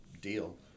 deal